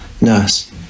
Nurse